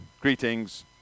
Greetings